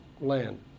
land